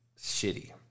shitty